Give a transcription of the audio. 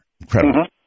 Incredible